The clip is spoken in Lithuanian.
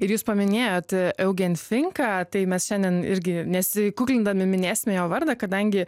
ir jūs paminėjote eugenfinką tai mes šiandien irgi nesikuklindami minėsime jo vardą kadangi